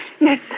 Yes